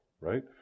right